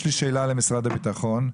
יש לי שאלה למשרד הביטחון.